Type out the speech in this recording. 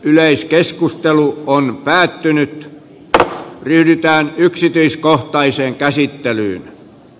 yleiskeskustelu on päättynyt yhtään yksityiskohtaiseen käsittelyä